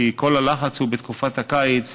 כי כל הלחץ הוא בתקופת הקיץ,